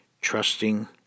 Trusting